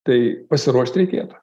tai pasiruošti reikėtų